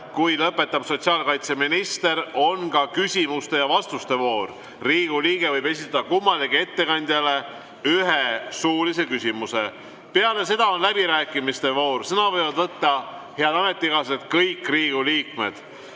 kui lõpetab sotsiaalkaitseminister, on ka küsimuste ja vastuste voor. Riigikogu liige võib esitada kummalegi ettekandjale ühe suulise küsimuse. Peale seda on läbirääkimiste voor. Sõna võivad võtta, head ametikaaslased, kõik Riigikogu liikmed.